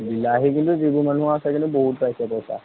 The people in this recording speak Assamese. বিলাহী কিন্তু যিবোৰ মানুহৰ আছে কিন্তু বহুত পাইছে পইচা